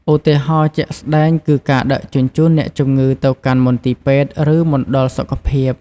ឧទាហរណ៍ជាក់ស្តែងគឺការដឹកជញ្ជូនអ្នកជំងឺទៅកាន់មន្ទីរពេទ្យឬមណ្ឌលសុខភាព។